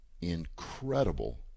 incredible